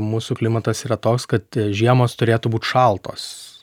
mūsų klimatas yra toks kad žiemos turėtų būt šaltos